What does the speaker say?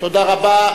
תודה רבה.